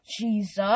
Jesus